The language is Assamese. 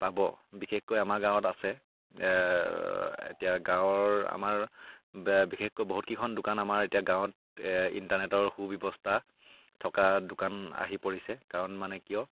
পাব বিশেষকৈ আমাৰ গাঁৱত আছে এতিয়া গাঁৱৰ আমাৰ বিশেষকৈ বহুতকেইখন দোকান আমাৰ এতিয়া গাঁৱত ইণ্টাৰনেটৰ সু ব্যৱস্থা থকা দোকান আহি পৰিছে কাৰণ মানে কিয়